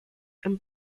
and